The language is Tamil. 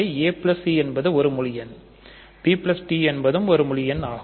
ac என்பது ஒரு முழு எண்bd ஒரு முழு எண் ஆகும்